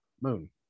Moon